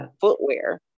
footwear